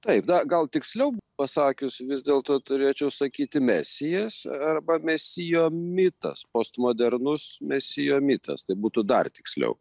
tai na gal tiksliau pasakius vis dėlto turėčiau sakyti mesijas arba mesijo mitas postmodernus mesijo mitas tai būtų dar tiksliau